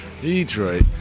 Detroit